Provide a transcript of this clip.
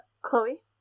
Chloe